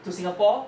to singapore